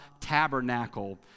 tabernacle